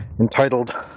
entitled